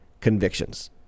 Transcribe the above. convictions